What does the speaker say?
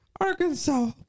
Arkansas